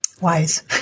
wise